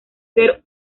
ser